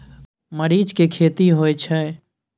मरीच के खेती होय छय?